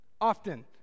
often